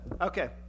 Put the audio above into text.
Okay